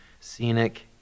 scenic